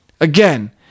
Again